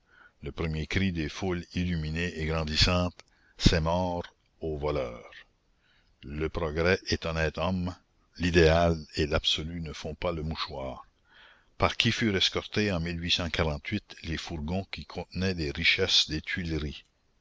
le premier cri des foules illuminées et grandissantes c'est mort aux voleurs le progrès est honnête homme l'idéal et l'absolu ne font pas le mouchoir par qui furent escortés en les fourgons qui contenaient les richesses des tuileries